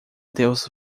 deus